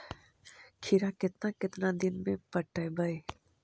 खिरा केतना केतना दिन में पटैबए है?